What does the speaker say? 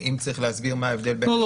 אם צריך להסביר --- לא,